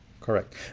Correct